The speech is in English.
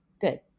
good